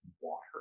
water